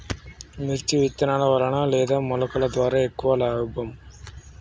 మిర్చి విత్తనాల వలన లేదా మొలకల ద్వారా ఎక్కువ లాభం?